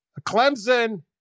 Clemson